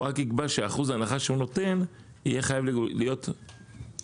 הוא רק יקבע שאחוז ההנחה שהוא נותן יהיה חייב להיות מגולם במחיר.